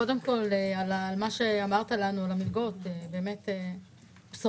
קודם כול על מה שאמרת לנו על המלגות, באמת בשורה.